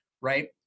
right